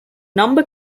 number